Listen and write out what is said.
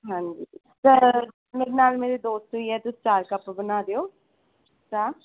ਹਾਂਜੀ ਮੈਮ ਮੇਰੇ ਨਾਲ ਮੇਰੇ ਦੋਸਤ ਵੀ ਹੈ ਤੁਸੀਂ ਚਾਰ ਕੱਪ ਬਣਾ ਦਿਓ ਚਾਹ